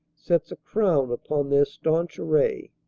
sets a crown upon their staunch array.